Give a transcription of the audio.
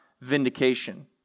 vindication